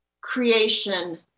creation